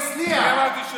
אני אמרתי שלא?